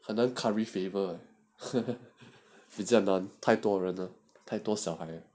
很难 curry flavour 比较难太多人了太多小孩了